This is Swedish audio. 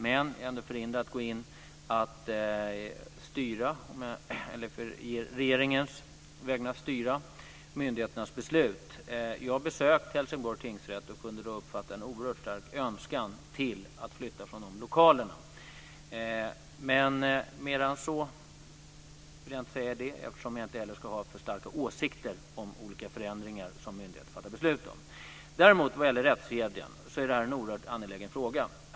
Men jag är förhindrad att å regeringens vägnar styra myndigheternas beslut. Jag har besökt Helsingborgs tingsrätt och uppfattade då att man hade en oerhört stark önskan att flytta från lokalerna. Men mer än så vill jag inte säga, eftersom jag inte heller ska ha för starka åsikter om olika förändringar som myndigheterna fattar beslut om. Detta med rättskedjan är en oerhört angelägen fråga.